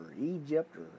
Egypt